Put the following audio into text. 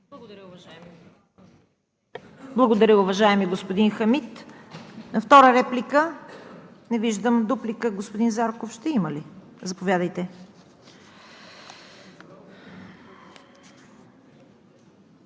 Благодаря, уважаеми господин Хамид. Втора реплика? Не виждам. Дуплика, господин Зарков, ще има ли? Заповядайте.